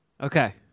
Okay